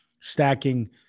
stacking